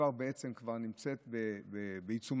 שבעצם כבר נמצאת בעיצומה,